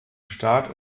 start